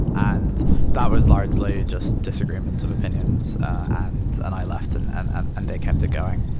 and that was largely just disagreements of opinions, and and i left and and ah and they kept it going.